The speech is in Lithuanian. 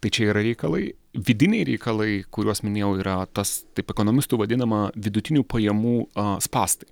tai čia yra reikalai vidiniai reikalai kuriuos minėjau yra tas taip ekonomistų vadinama vidutinių pajamų spąstai